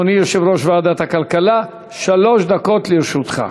אדוני יושב-ראש ועדת הכלכלה, שלוש דקות לרשותך.